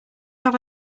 have